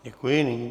Děkuji.